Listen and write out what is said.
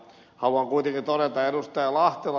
haluan kuitenkin todeta ed